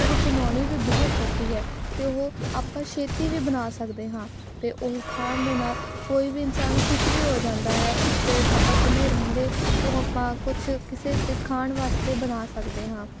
ਅਤੇ ਉਹ ਬਣਾਉਣੀ ਵੀ ਬਹੁਤ ਸੌਖੀ ਹੈ ਅਤੇ ਉਹ ਆਪਾਂ ਛੇਤੀ ਵੀ ਬਣਾ ਸਕਦੇ ਹਾਂ ਅਤੇ ਉਹ ਖਾਣ ਦੇ ਨਾਲ ਕੋਈ ਵੀ ਇਨਸਾਨ ਖੁਸ਼ ਵੀ ਹੋ ਜਾਂਦਾ ਹੈ ਅਤੇ ਆਪਾਂ ਸਮੇਂ ਰਹਿੰਦੇ ਉਹ ਆਪਾਂ ਕੁਛ ਕਿਸੇ ਦੇ ਖਾਣ ਵਾਸਤੇ ਬਣਾ ਸਕਦੇ ਹਾਂ